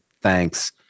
thanks